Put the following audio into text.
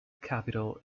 capital